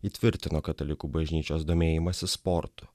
įtvirtino katalikų bažnyčios domėjimasis sportu